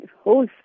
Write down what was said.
whole